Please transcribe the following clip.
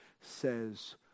says